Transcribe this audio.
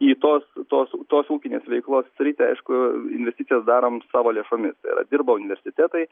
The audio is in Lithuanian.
į tos tos tos ūkinės veiklos sritį aišku investicijas darom savo lėšomis tai yra dirba universitetai